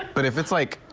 but if it's like